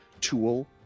tool